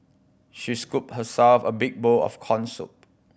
she scooped herself a big bowl of corn soup